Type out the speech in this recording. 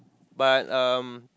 but um